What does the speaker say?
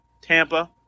Tampa